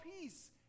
peace